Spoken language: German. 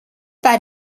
bei